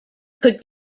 could